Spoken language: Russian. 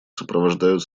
сопровождают